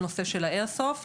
בנושא של ה"אייר סופט".